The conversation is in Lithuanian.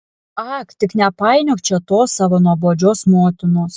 ak tik nepainiok čia tos savo nuobodžios motinos